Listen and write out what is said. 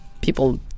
people